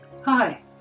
Hi